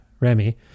Remy